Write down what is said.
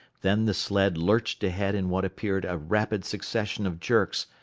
then the sled lurched ahead in what appeared a rapid succession of jerks,